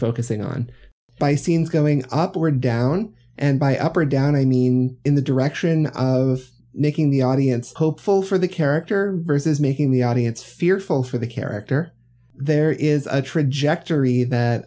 focusing on by scenes going up or down and by up or down i mean in the direction of making the audience hopeful for the character versus making the audience fearful for the character there is a trajectory